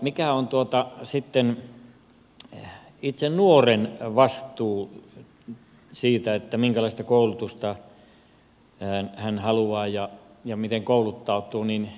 mikä on sitten itse nuoren vastuu siitä minkälaista koulutusta hän haluaa ja miten kouluttautuu